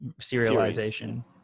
serialization